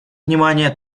внимание